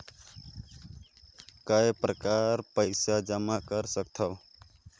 काय प्रकार पईसा जमा कर सकथव?